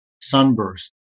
sunburst